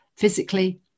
physically